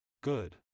Good